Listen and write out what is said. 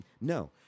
No